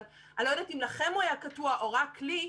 אני לא יודעת אם לכם הוא היה קטוע או רק לי,